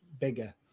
bigger